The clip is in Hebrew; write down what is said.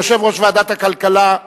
ויושב-ראש ועדת הכלכלה.